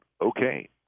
okay